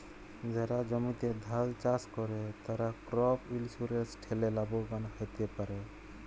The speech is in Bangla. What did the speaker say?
যারা জমিতে ধাল চাস করে, তারা ক্রপ ইন্সুরেন্স ঠেলে লাভবান হ্যতে পারে